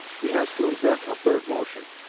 he has to invent a third motion.